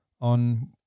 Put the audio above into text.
On